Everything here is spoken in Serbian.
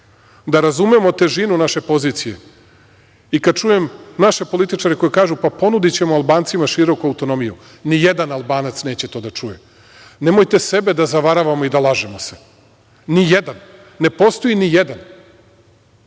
da razumemo težinu naše pozicije.I, kada čujem naše političare koji kažu – pa, ponudićemo Albancima široku autonomiju, nijedan Albanac neće to da čuje. Nemojte sebe da zavaravamo i da lažemo se - nijedan. Ne postoji nijedan.